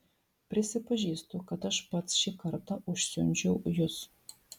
prisipažįstu kad aš pats šį kartą užsiundžiau jus